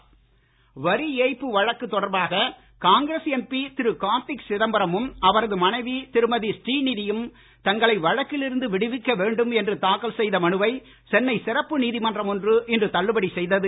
கார்த்திக் சிதம்பரம் வரி ஏய்ப்பு வழக்கு தொடர்பாக காங்கிரஸ் எம்பி திரு கார்த்திக் சிதம்பரமும் அவரது மனைவி திருமதி ஸ்ரீநிதியும் தங்களை வழக்கில் இருந்து விடுவிக்க வேண்டும் என்று தாக்கல் செய்த மனுவை சென்னை சிறப்பு நீதிமன்றம் ஒன்று இன்று தள்ளுபடி செய்தது